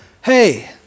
hey